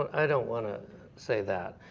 i don't want to say that,